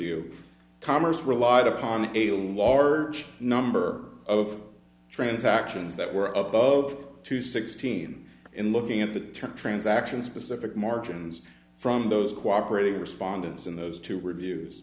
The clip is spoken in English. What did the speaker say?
you commerce relied upon a large number of transactions that were up of two sixteen in looking at the term transaction specific margins from those cooperated respondents in those two were views